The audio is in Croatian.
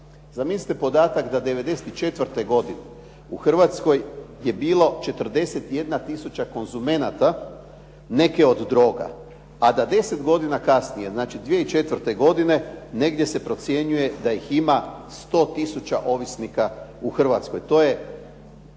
Zamislite podatak da 94. godine u Hrvatskoj je bilo 41 tisuća konzumenata neke od droga a da 10 godina kasnije znači 2004. godine negdje se procjenjuje da ih ima 100 tisuća ovisnika u Hrvatskoj.